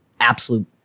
absolute